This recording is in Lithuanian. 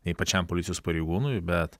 nei pačiam policijos pareigūnui bet